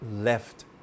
left